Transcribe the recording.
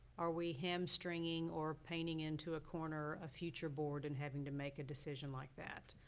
are we hamstringing or painting into a corner a future board in having to make a decision like that?